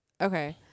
okay